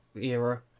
era